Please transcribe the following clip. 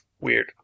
Weird